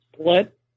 split